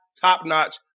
top-notch